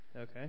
Okay